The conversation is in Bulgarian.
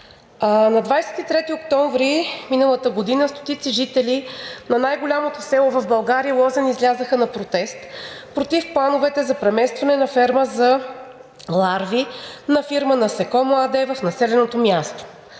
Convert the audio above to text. На 23 октомври миналата година стотици жители на най голямото село в България Лозен излязоха на протест против плановете за преместване на ферма за ларви на фирма „Насекомо“ АД в населеното място.